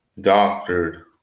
doctored